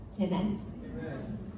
Amen